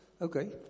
okay